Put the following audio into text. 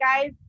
Guys